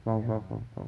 ya